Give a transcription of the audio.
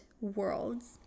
worlds